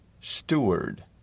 steward